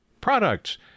products